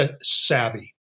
savvy